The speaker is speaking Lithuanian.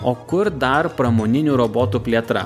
o kur dar pramoninių robotų plėtra